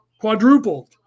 quadrupled